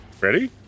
ready